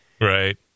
Right